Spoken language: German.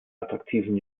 attraktiven